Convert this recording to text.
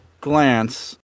glance